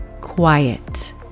Quiet